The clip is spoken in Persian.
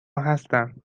هستم